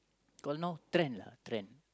got no trend lah trend